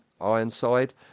Ironside